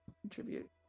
contribute